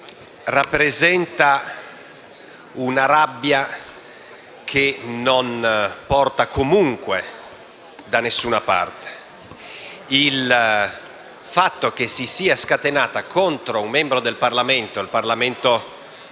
rappresenta una rabbia che non porta comunque da nessuna parte. Inoltre, il fatto che si sia scatenata contro un membro del Parlamento più antico